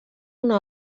una